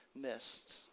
missed